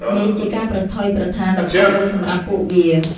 នេះជាការប្រថុយប្រថានដ៏ធំមួយសម្រាប់ពួកវា។